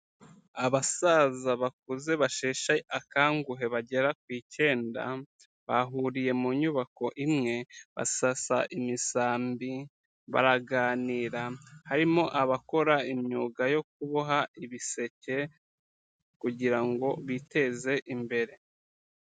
Abasaza bakuze basheshe akanguhe bagera ku icyenda, bahuriye mu nyubako imwe basasa imisambi baraganira, harimo abakora imyuga yo kuboha ibiseke kugira ngo biteze imbere.